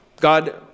God